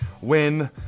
win